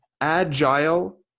agile